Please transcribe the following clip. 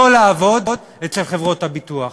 לא לעבוד אצל חברות הביטוח.